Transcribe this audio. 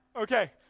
Okay